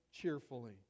cheerfully